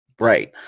Right